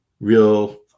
real